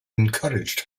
encouraged